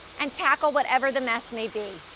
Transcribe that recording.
and tackle whatever the mess may be.